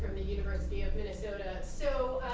the university of minnesota. so,